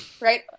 right